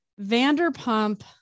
Vanderpump